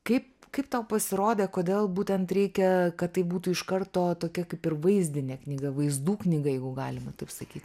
kaip kaip tau pasirodė kodėl būtent reikia kad tai būtų iš karto tokia kaip ir vaizdinė knyga vaizdų knyga jeigu galima taip sakyt